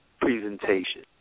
Presentation